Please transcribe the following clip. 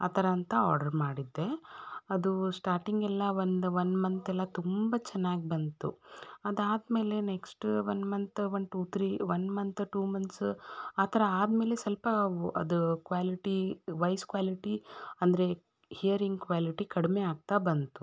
ಆ ಥರ ಅಂತ ಆಡ್ರ್ ಮಾಡಿದ್ದೆ ಅದು ಸ್ಟಾಟಿಂಗ್ ಎಲ್ಲ ಒಂದು ಒನ್ ಮಂಥ್ ಎಲ್ಲ ತುಂಬ ಚೆನ್ನಾಗಿ ಬಂತು ಅದು ಆದ ಮೇಲೆ next one month one two three one month two months ಆ ಥರ ಆದ ಮೇಲೆ ಸ್ವಲ್ಪ ಅದು ಕ್ವ್ಯಾಲಿಟಿ ವಯ್ಸ್ ಕ್ವ್ಯಾಲಿಟಿ ಅಂದರೆ ಹಿಯರಿಂಗ್ ಕ್ವ್ಯಾಲಿಟಿ ಕಡಿಮೆ ಆಗ್ತಾ ಬಂತು